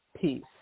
peace